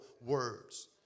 words